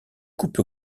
coupe